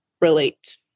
relate